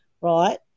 right